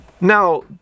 Now